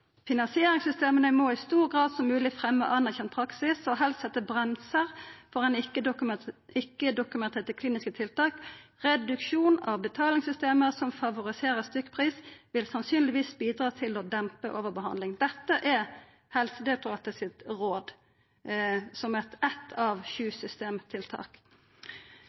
må i så stor grad som mulig fremme anerkjent praksis og helst sette bremser for ikke dokumenterte kliniske tiltak. Reduksjon av betalingssystemer som favoriserer stykkpris vil sannsynligvis bidra til å dempe overbehandling.» Dette er Helsedirektoratet sitt råd, som eitt av sju systemtiltak.